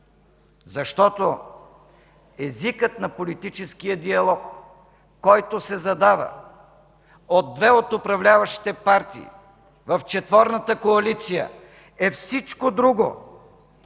Защото езикът на политическия диалог, който се задава от две от управляващите партии в четворната коалиция, е всичко друго,